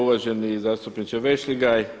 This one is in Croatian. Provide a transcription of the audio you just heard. Uvaženi zastupniče VEšligaj.